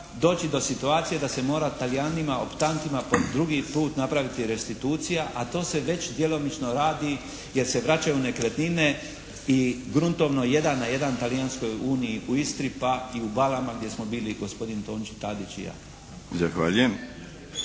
doći do situacije da se mora Talijanima optantima po drugi put napraviti restitucija, a to se već djelomično radi jer se vraćaju nekretnine i gruntovno jedan na jedan Talijanskoj uniji u Istri pa i u Balama gdje smo bili gospodin Tonči Tadić i ja.